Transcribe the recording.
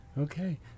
Okay